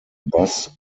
bus